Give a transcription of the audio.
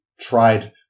tried